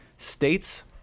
states